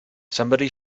somebody